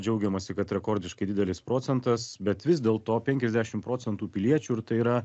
džiaugiamasi kad rekordiškai didelis procentas bet vis dėlto penkiasdešimt procentų piliečių ir tai yra